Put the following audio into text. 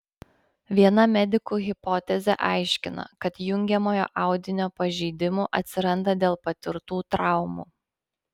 viena medikų hipotezė aiškina kad jungiamojo audinio pažeidimų atsiranda dėl patirtų traumų